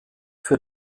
für